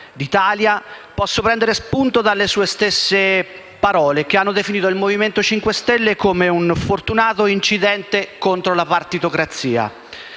d'Italia, posso allora prendere spunto dalle sue stesse parole, che hanno definito il Movimento 5 Stelle come un fortunato incidente contro la partitocrazia.